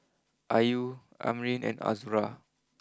are you Amrin and Azura